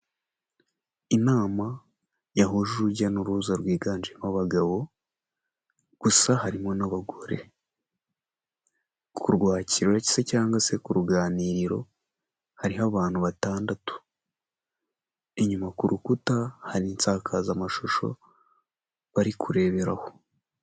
Inama yahuje urujya n'uruza rwiganjemo abagabo gusa harimo n'abagore, kurwakiriro cyangwa se ku ruganiriro hariho abantu batandatu, inyuma ku rukuta hari insakazamashusho bari kureberaho.